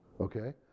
Okay